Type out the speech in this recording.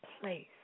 place